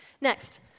Next